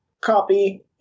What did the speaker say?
copy